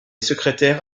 secrétaire